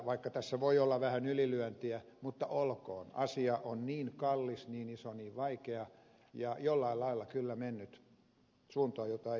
vaikka tässä voi olla vähän ylilyöntiä olkoon asia on niin kallis niin iso niin vaikea ja jollain lailla kyllä mennyt suuntaan jota ei toivottaisi